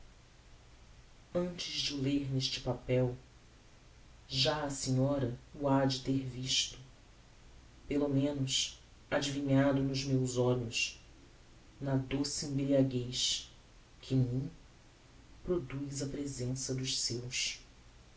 neste papel já a senhora o hade ter visto pelo menos adivinhado nos meus olhos na doce embriaguez que em mim produz a presença dos seus